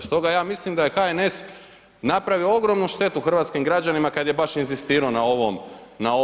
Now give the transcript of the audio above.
Stoga ja mislim da je HNS napravio ogromnu štetu hrvatskim građanima kad je baš inzistirao na